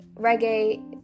reggae